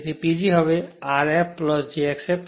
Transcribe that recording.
તેથી PG હવે Rf j x f